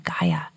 Gaia